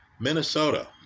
minnesota